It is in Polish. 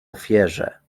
ofierze